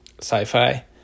sci-fi